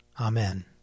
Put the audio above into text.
Amen